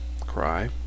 cry